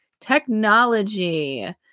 Technology